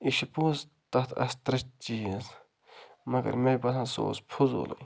یہِ چھِ پوٚز تَتھ آسہِ ترٛےٚ چیٖز مگر مےٚ باسان سُہ اوس فٔضوٗلٕے